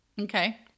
Okay